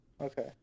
okay